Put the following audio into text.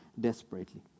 desperately